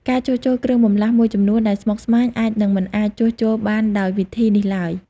ការជួសជុលគ្រឿងបន្លាស់មួយចំនួនដែលស្មុគស្មាញអាចនឹងមិនអាចជួសជុលបានដោយវិធីនេះឡើយ។